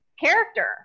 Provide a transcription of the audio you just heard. character